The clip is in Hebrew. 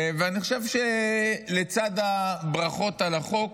ואני חושב שלצד הברכות על החוק,